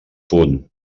punt